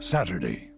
Saturday